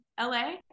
LA